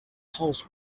house